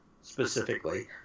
specifically